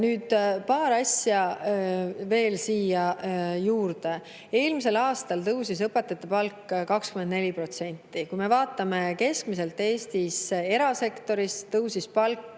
paar asja veel siia juurde. Eelmisel aastal tõusis õpetajate palk 24%. Kui me vaatame Eesti keskmist, siis erasektoris tõusis palk